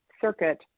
circuit